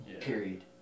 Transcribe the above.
period